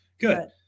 good